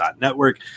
network